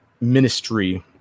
ministry